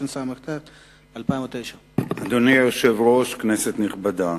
התשס"ט 2009. אדוני היושב-ראש, כנסת נכבדה,